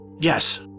Yes